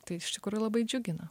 tai iš tikrųjų labai džiugina